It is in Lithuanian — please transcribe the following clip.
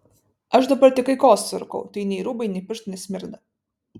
aš dabar tik aikosą rūkau tai nei rūbai nei pirštai nesmirda